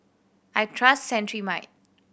I trust Cetrimide